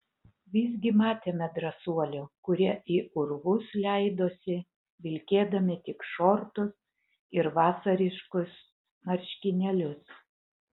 visgi matėme drąsuolių kurie į urvus leidosi vilkėdami tik šortus ir vasariškus marškinėlius